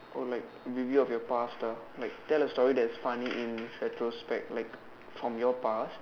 oh like review of your past lah like tell a story that is funny in retrospect like from your past